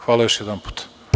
Hvala još jedanput.